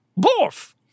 Borf